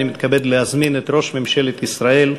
אני מתכבד להזמין את ראש ממשלת ישראל,